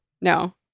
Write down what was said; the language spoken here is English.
No